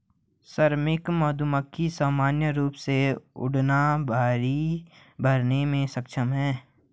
श्रमिक मधुमक्खी सामान्य रूप से उड़ान भरने में सक्षम हैं